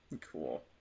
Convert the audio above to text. Cool